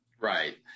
Right